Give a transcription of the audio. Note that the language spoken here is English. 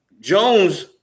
Jones